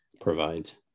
provides